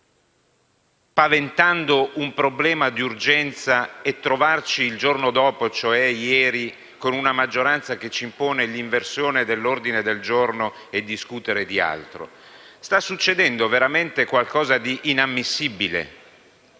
paventando un problema di urgenza, e trovarci il giorno dopo, cioè ieri, con una maggioranza che ci impone l'inversione dell'ordine del giorno e discutere di altro. Sta succedendo veramente qualcosa di inammissibile.